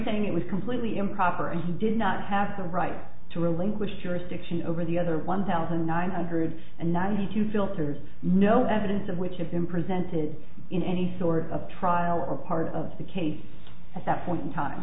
saying it was completely improper and he did not have the right to relinquish jurisdiction over the other one thousand nine hundred ninety two filters no evidence of which had been presented in any sort of trial or part of the case at that point in time